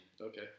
Okay